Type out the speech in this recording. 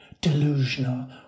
delusional